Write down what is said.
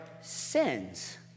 sins